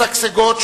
משגשגות,